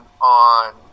on